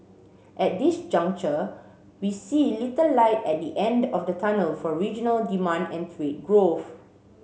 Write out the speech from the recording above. at this juncture we see little light at the end of the tunnel for regional demand and trade growth